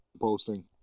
posting